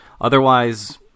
otherwise